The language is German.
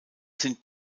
sind